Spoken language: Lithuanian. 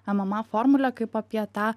mma formulę kaip apie tą